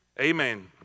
Amen